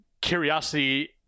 curiosity